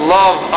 love